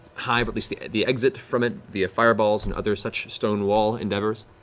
hive, or at least the the exit from it, via fireballs and other such stone wall endeavors.